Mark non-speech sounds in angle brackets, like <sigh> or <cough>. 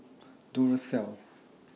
<noise> Duracell